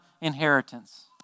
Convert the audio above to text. inheritance